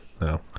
No